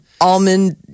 almond